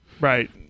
Right